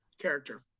character